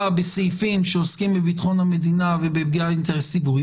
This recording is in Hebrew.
בסעיפים שעוסקים בביטחון המדינה ובפגיעה באינטרס ציבורי